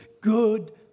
good